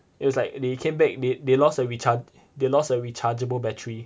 it was like they came back they they lost a recharge they lost a rechargeable battery